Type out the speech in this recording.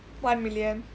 one million